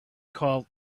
call